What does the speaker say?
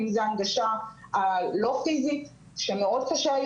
אם זאת הנגשה לא פיזית שהיום מאוד קשה.